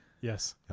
Yes